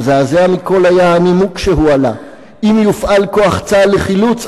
המזעזע מכול היה הנימוק שהועלה: אם יופעל כוח צה"ל לחילוץ,